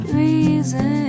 reason